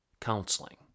counseling